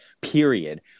period